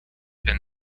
been